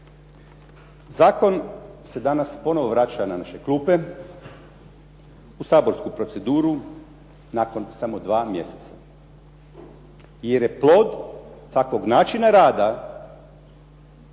Zakon se danas ponovno vraća na naše klupe u saborsku proceduru nakon samo 2 mjeseca. Jer je plod takvog načina rada